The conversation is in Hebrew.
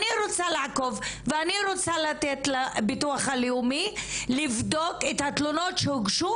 אני רוצה לעקוב ואני רוצה לתת לביטוח הלאומי לבדוק את התלונות שהוגשו,